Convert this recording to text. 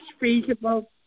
feasible